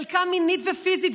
חלקם מינית ופיזית,